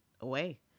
away